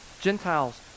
Gentiles